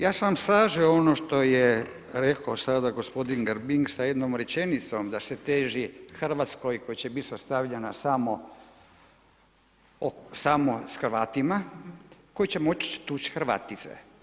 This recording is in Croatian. Ja sam istražio ono što je rekao sada gospodin Grbin sa jednom rečenicom da se teži Hrvatskoj koja će biti sastavljena samo s Hrvatima koji će moć tući Hrvatice.